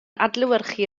adlewyrchu